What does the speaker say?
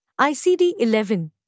ICD-11